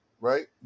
right